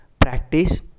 Practice